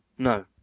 no,